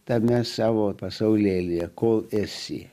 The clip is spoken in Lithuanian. tame savo pasaulėlyje kol esi